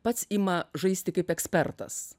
pats ima žaisti kaip ekspertas